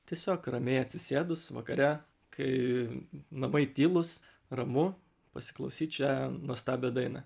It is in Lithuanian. tiesiog ramiai atsisėdus vakare kai namai tylūs ramu pasiklausyt šią nuostabią dainą